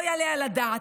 לא יעלה על הדעת,